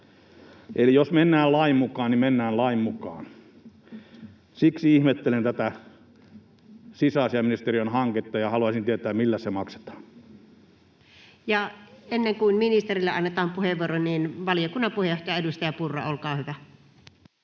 Eli jos mennään lain mukaan, niin mennään lain mukaan. Siksi ihmettelen tätä sisäasiainministeriön hanketta, ja haluaisin tietää, millä se maksetaan. Ja ennen kuin ministerille annetaan puheenvuoro, niin valiokunnan puheenjohtaja, edustaja Purra. — Olkaa hyvä.